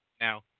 now